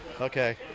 Okay